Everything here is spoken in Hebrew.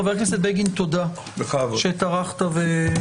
חבר הכנסת בגין, תודה שטרחת ובאת.